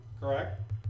correct